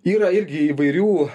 yra irgi įvairių